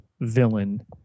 villain